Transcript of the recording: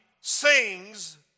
sings